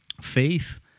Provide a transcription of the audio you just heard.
faith